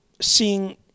seeing